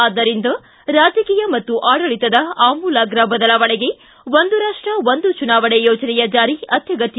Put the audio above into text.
ಆದ್ದರಿಂದ ರಾಜಕೀಯ ಮತ್ತು ಆಡಳಿತದ ಆಮೂಲಾಗ್ರ ಬದಲಾವಣೆಗೆ ಒಂದು ರಾಷ್ಟ ಒಂದು ಚುನಾವಣೆ ಯೋಜನೆಯ ಜಾರಿ ಅತ್ವಗತ್ತ